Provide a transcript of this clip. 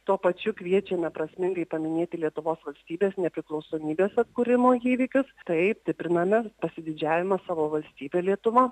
tuo pačiu kviečiame prasmingai paminėti lietuvos valstybės nepriklausomybės atkūrimo įvykius taip stipriname pasididžiavimą savo valstybe lietuva